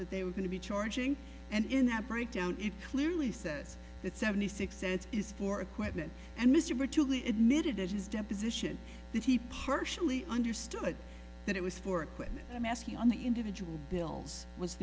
that they were going to be charging and in that breakdown it clearly says that seventy six cents is for equipment and mr virtually admitted that his deposition that he partially understood that it was for equipment and asking on the individual bills was